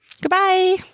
Goodbye